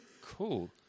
cool